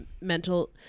mental